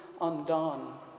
undone